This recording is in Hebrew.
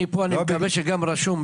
אני פה ומקווה שגם רשום,